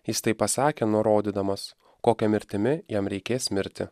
jis taip pasakė nurodydamas kokia mirtimi jam reikės mirti